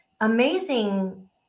amazing